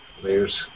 Players